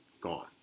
gone